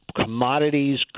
commodities